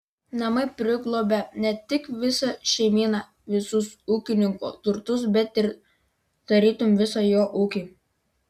namai priglobia ne tik visą šeimyną visus ūkininko turtus bet ir tarytum visą jo ūkį